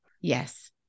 Yes